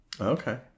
okay